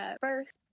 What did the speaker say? first